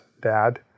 dad